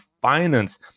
finance